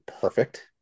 perfect